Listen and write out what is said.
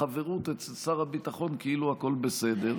ובחברות אצל שר הביטחון כאילו הכול בסדר.